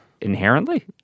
Inherently